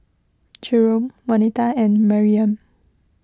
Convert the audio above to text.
Jerome Waneta and Maryam